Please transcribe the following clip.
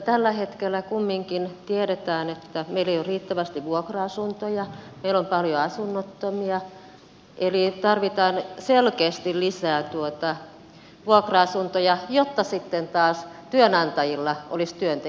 tällä hetkellä kumminkin tiedetään että meillä ei ole riittävästi vuokra asuntoja meillä on paljon asunnottomia eli tarvitaan selkeästi lisää vuokra asuntoja jotta sitten taas työnantajilla olisi työntekijöitä